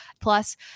Plus